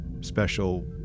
special